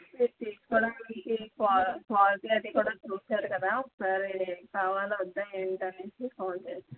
మీరు తీసుకోవడానికి క్వా క్వాలిటీ అది కూడా చూసారు కదా ఒకసారి కావాలా వద్దా ఏంటనేసి కాల్ చేసాను